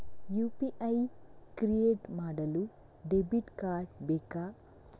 UPI create ಮಾಡಲು debit card ಬೇಕಾ?